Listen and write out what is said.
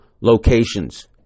locations